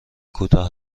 کوتاه